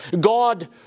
God